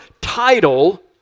title